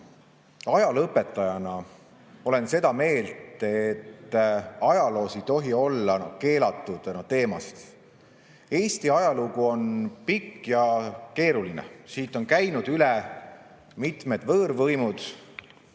ajalooõpetajana olen seda meelt, et ajaloos ei tohi olla keelatud teemasid. Eesti ajalugu on pikk ja keeruline. Siit on käinud üle mitmed võõrvõimud